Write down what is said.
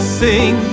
sing